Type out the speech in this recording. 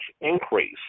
increase